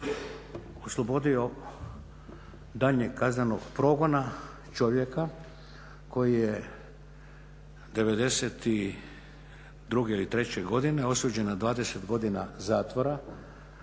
oslobodio daljnjeg kaznenog progona čovjeka koji je '92. ili '93. osuđen na 20 godina zatvora,